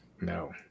No